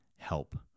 help